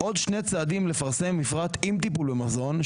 עוד שני צעדים לפרסם מפרט עם טיפול במזון,